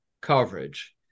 coverage